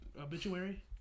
obituary